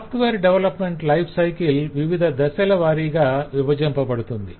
software development life cycle వివిధ దశలవారీగా విభజింపబడుతుంది